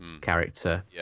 character